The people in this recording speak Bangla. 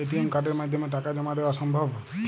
এ.টি.এম কার্ডের মাধ্যমে টাকা জমা দেওয়া সম্ভব?